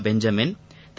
Benjamin Thiru